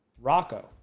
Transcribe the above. Rocco